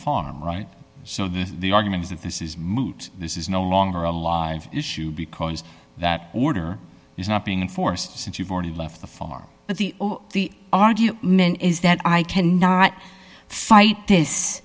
farm right so this the argument is that this is moot this is no longer a live issue because that order use not being enforced since you've already left the far but the the argue min is that i can not fight this